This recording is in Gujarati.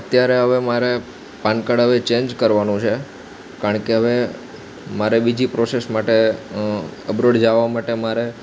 અત્યારે હવે મારે પાન કાર્ડ હવે ચેંજ કરવાનું છે કારણ કે હવે મારે બીજી પ્રોસેસ માટે અબ્રોડ જવા માટે મારે